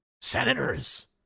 Senators